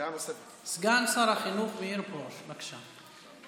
סגן שר החינוך מאיר פרוש, בבקשה.